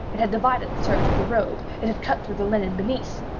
it had divided the serge of the robe. it had cut through the linen beneath.